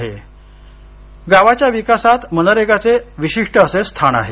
लातूर गावाच्या विकासात मनरेगाचे विशिष्ट असे स्थान आहे